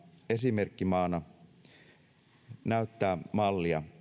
esimerkkimaana näyttää mallia